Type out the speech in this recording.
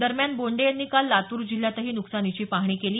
दरम्यान बोंडे यांनी काल लातूर जिल्ह्यातही नुकसानीची पाहणी केली